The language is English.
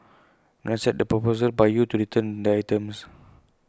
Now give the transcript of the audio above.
not accept the proposal by you to return the items